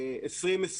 2020,